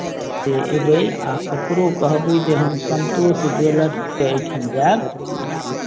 से अयबै आ ककरो कहबै जे हम संतोष ज्वेलर्सके एहिठाम जायब